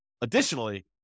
additionally